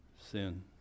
sin